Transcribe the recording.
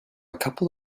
couple